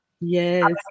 Yes